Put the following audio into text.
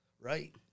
right